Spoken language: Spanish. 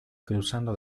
cruzando